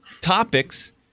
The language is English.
topics